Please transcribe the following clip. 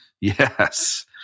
Yes